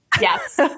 Yes